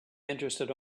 interested